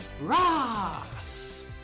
Ross